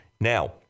Now